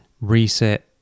reset